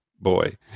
Boy